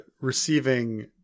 receiving